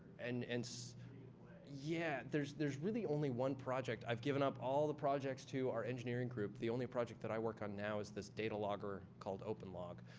and and so yeah, there's there's really only one project. i've given up all the projects to our engineering group. the only project that i work on now is this data logger called openlog.